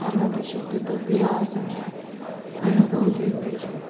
આ માટે સતત અભ્યાસ અને અનુભવ જરૂરી છે